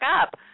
up